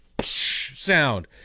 sound